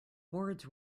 boards